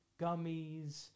gummies